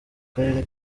karere